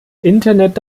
internet